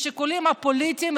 משיקולים פוליטיים,